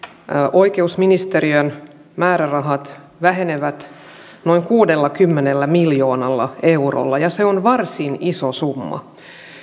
oikeusministeriön määrärahat vähenevät noin kuudellakymmenellä miljoonalla eurolla ja se on varsin iso summa